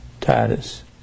Titus